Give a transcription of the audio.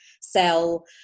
sell